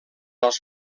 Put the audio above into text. als